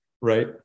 right